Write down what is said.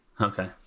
Okay